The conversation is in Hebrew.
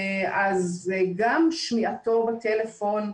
אז גם שמיעתו בטלפון,